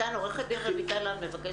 ניצן, עורכת דין רויטל לן מבקשת לדבר.